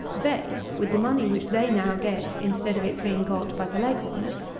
they, with the money which they now get, instead of its being got by the leghorners,